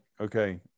okay